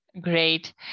Great